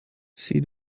see